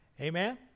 Amen